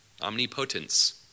Omnipotence